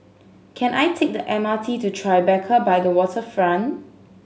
can I take the M R T to Tribeca by the Waterfront